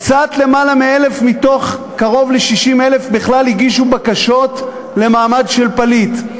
קצת למעלה מ-1,000 מתוך קרוב ל-60,000 בכלל הגישו בקשות למעמד של פליט,